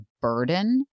burden